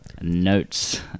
Notes